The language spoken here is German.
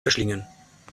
verschlingen